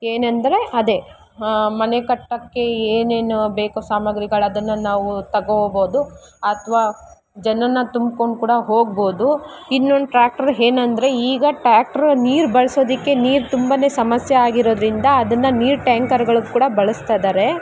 ಏನೆಂದರೆ ಅದೇ ಹಾಂ ಮನೆ ಕಟ್ಟೋಕ್ಕೆ ಏನೇನು ಬೇಕೋ ಸಾಮಗ್ರಿಗಳು ಅದನ್ನು ನಾವು ತಗೋಬೋದು ಅಥ್ವಾ ಜನುನ್ನಾ ತುಂಬ್ಕೊಂಡು ಕೂಡ ಹೋಗ್ಬೋದು ಇನ್ನೊಂದು ಟ್ರ್ಯಾಕ್ಟ್ರ್ ಏನಂದ್ರೆ ಈಗ ಟ್ಯಾಕ್ಟ್ರು ನೀರು ಬಳ್ಸೋದಕ್ಕೆ ನೀರು ತುಂಬಾ ಸಮಸ್ಯೆ ಆಗಿರೋದರಿಂದ ಅದನ್ನ ನೀರು ಟ್ಯಾಂಕರ್ಗಳಿಗ್ ಕೂಡ ಬಳಸ್ತಿದಾರೆ